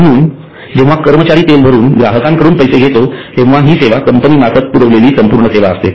म्हणून जेंव्हा कर्मचारी तेल भरून ग्राहकांकडून पैसे घेतो तेंव्हा हि सेवा कंपनी मार्फत पुरविलेली संपूर्ण सेवा असते